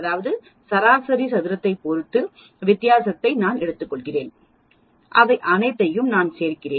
அதாவது சராசரி சதுரத்தைப் பொறுத்து வித்தியாசத்தை நான் எடுத்துக்கொள்கிறேன் அவை அனைத்தையும் நான் சேர்க்கிறேன்